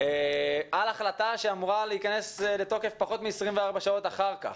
לגבי החלטה שאמורה להיכנס לתוקף פחות מ-24 שעות אחר כך.